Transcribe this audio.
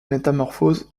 métamorphose